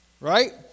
Right